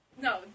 No